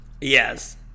Yes